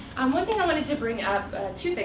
um one thing i wanted to bring up two things,